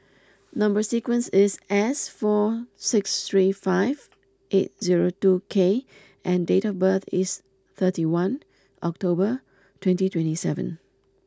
number sequence is S four six three five eight zero two K and date of birth is thirty one October twenty twenty seven